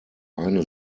eine